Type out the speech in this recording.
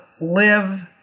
live